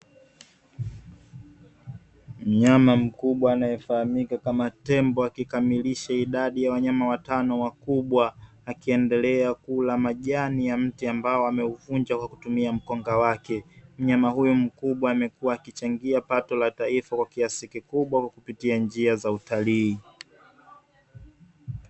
Mnyama mkubwa anayefahamika kama Tembo, akikamilisha idadi ya wanyama watano 5 wakubwa. Akiendelea kula majani ya mti ambao ameuvunja kwa kutumia mkonga wake, mnyama huyu mkubwa amekuwa akichangia pato la taifa kwa kiasi kikubwa kwa kupitia njia za kupitia utalii.